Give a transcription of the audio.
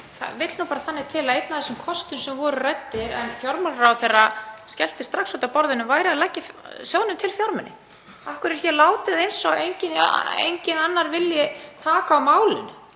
Það vill nú bara þannig til að einn af þeim kostum sem voru ræddir en fjármálaráðherra henti strax út af borðinu var að leggja sjóðnum til fjármuni. Af hverju er hér látið eins og enginn annar vilji taka á málinu?